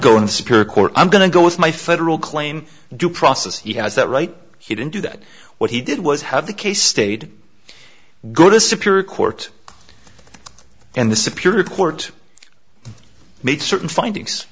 go in superior court i'm going to go with my federal claim due process he has that right he didn't do that what he did was have the case stayed good a superior court and the superior court made certain findings